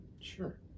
Sure